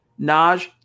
Naj